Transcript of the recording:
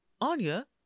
anya